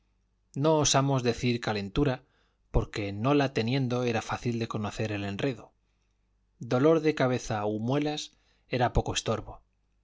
no osamos decir calentura porque no la teniendo era fácil de conocer el enredo dolor de cabeza u muelas era poco estorbo